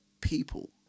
people